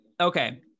Okay